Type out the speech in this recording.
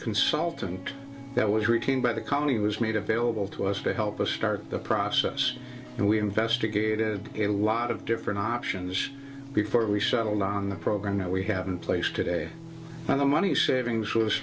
consultant that was retained by the company was made available to us to help us start the process and we investigated a lot of different options before we settled on the program that we haven't place today and the money savings was